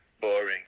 boring